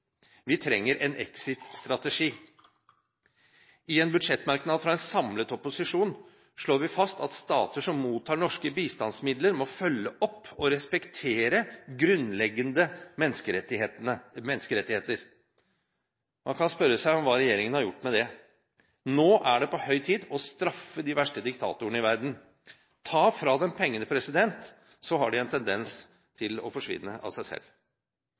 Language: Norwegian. Vi trenger en exit-strategi. I en budsjettmerknad fra en samlet opposisjon slår vi fast at stater som mottar norske bistandsmidler, må følge opp og respektere grunnleggende menneskerettigheter. Man kan spørre seg hva regjeringen har gjort med det. Nå er det på høy tid å straffe de verste diktatorene i verden. Ta fra dem pengene, så har de en tendens til å forsvinne av seg selv.